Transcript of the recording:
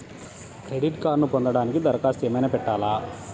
Credit కార్డ్ను పొందటానికి దరఖాస్తు ఏమయినా పెట్టాలా?